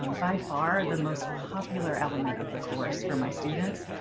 um by far the most popular element of the course for my students.